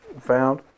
found